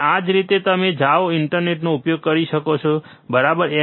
અને આ જ રીતે તમે જાઓ અને ઇન્ટરનેટનો ઉપયોગ કરીને શીખો બરાબર